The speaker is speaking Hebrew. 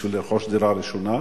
בשביל לרכוש דירה ראשונה,